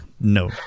no